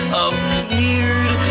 appeared